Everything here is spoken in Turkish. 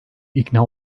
ikna